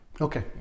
Okay